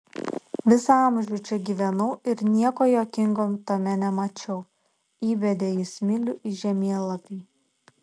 visą amžių čia gyvenau ir nieko juokingo tame nemačiau įbedė jis smilių į žemėlapį